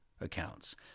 accounts